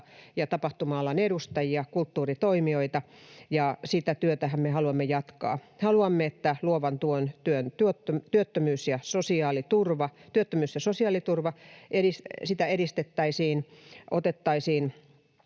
ja tapahtuma-alan edustajia, kulttuuritoimijoita, ja sitä työtähän me haluamme jatkaa. Haluamme, että luovan työn työttömyys- ja sosiaaliturvaa edistettäisiin, otettaisiin